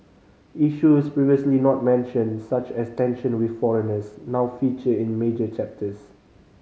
issues previously not mentioned such as tension with foreigners now feature in major chapters